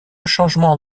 changement